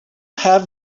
have